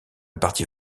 partie